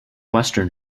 western